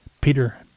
Peter